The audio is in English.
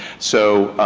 so,